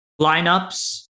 Lineups